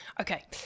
Okay